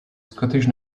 scottish